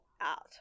out